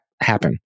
happen